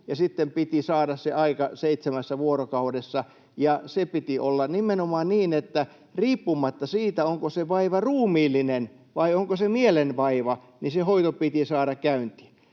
sitten piti saada se aika seitsemässä vuorokaudessa, ja sen piti olla nimenomaan niin, että riippumatta siitä, onko se vaiva ruumiillinen vai onko se mielenvaiva, hoito piti saada käyntiin.